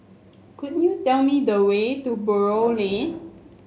could you tell me the way to Buroh Lane